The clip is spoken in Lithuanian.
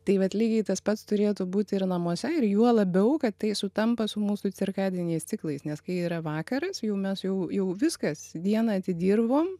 tai vat lygiai tas pats turėtų būti ir namuose ir juo labiau kad tai sutampa su mūsų cirkadiniais ciklais nes kai yra vakaras jau mes jau jau viskas dieną atidirbom